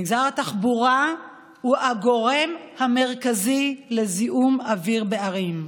מגזר התחבורה הוא הגורם המרכזי לזיהום האוויר בערים.